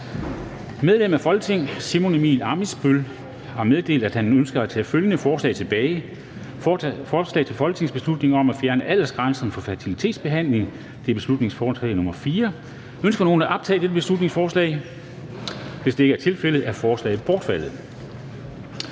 Medlem af Folketinget Simon Emil Ammitzbøll-Bille (UFG) har meddelt mig, at han ønsker at tage følgende forslag tilbage: Forslag til folketingsbeslutning om at fjerne aldersgrænsen for fertilitetsbehandling. (Beslutningsforslag nr. 4). Ønsker nogen at optage dette beslutningsforslag? Da det ikke er tilfældet, er forslaget bortfaldet.